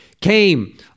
came